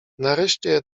nareszcie